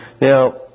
Now